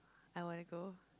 I wanna go